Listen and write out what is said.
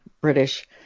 British